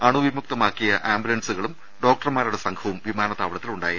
അണുവിമുക്തമാക്കിയ ആംബുലൻസുകളും ഡോക്ടർമാരുടെ സംഘവും വിമാനത്താവളത്തിൽ ഉണ്ടായിരുന്നു